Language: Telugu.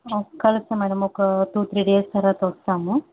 కలుస్తా మేడం ఒక టూ త్రీ డేస్ తర్వాత వస్తాము